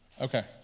Okay